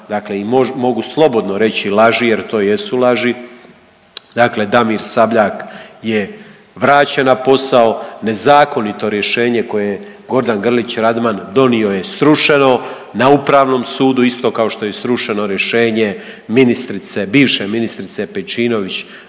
dakle i mogu slobodno reći laži jer to jesu laži, dakle Damir Sabljak je vraćen na posao, nezakonito rješenje koje je Gordan Grlić Radman donio je srušeno na Upravom sudu, isto kao što je strušeno rješenje ministrice, bivše ministrice Pejčinović